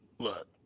Look